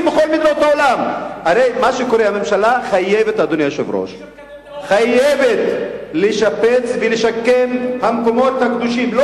הרי יש לכם הרב אבוחצירא והרב שבזי וכל מיני מקומות קדושים,